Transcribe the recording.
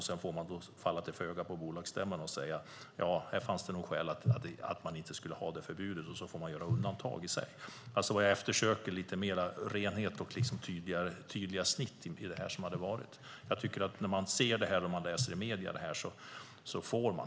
Sedan får man falla till föga på bolagsstämman och säga: Här finns det nog skäl att man inte ska ha det förbudet, och så får man göra undantag. Jag eftersöker lite mer renhet och tydligare snitt. Man ser detta och läser om det i medierna.